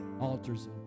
Altars